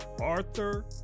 Arthur